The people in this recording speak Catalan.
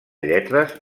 lletres